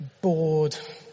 bored